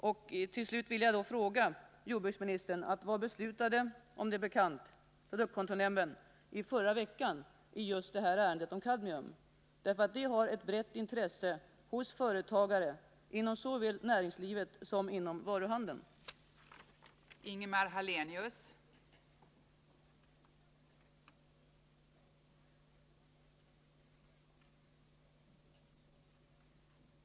Jag vill sluta med att fråga jordbruksministern: Vad beslutade produktkontrollnämnden — om det är bekant —-i förra veckan i just det här ärendet om kadmium? Det finns ett brett intresse hos företagare såväl inom näringslivet som inom varuhandeln att få veta det.